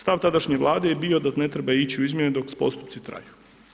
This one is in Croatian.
Stav tadašnje vlade je bio da ne treba ići u izmjene dok postupci traju.